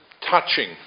touching